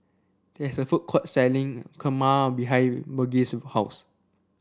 there is a food court selling Kurma behind Burgess' house